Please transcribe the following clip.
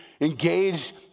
engage